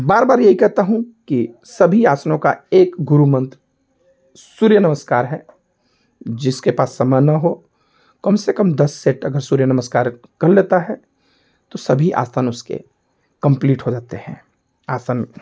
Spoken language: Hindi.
बार बार यही कहता हूँ कि सभी आसनों का एक गुरुमंत्र सूर्य नमस्कार है जिसके पास समय ना हो कम से कम दस सेट अगर सूर्य नमस्कार कर लेता है तो सभी आसन उसके कम्प्लीट हो जाते हैं आसन